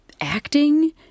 acting